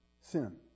sin